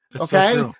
Okay